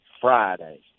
Friday